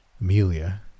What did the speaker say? Amelia